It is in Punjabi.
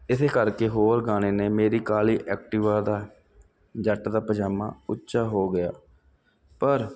ਇਹਦੇ ਕਰਕੇ ਹੋਰ ਗਾਣੇ ਨੇ ਮੇਰੀ ਕਾਲੀ ਐਕਟਿਵਾ ਦਾ ਜੱਟ ਦਾ ਪਜਾਮਾ ਉੱਚਾ ਹੋ ਗਿਆ ਪਰ